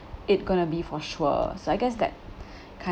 it going to be for sure so I guess that kind